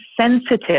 sensitive